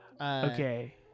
Okay